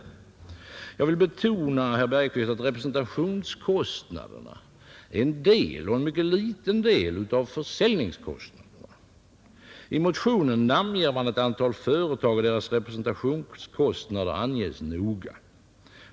Jag vill betona, herr Bergqvist, att representationskostnaderna är en del, och en mycket liten del, av försäljningskostnaderna. I motionen namnger man ett antal företag, och deras representationskostnader anges noga.